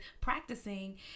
practicing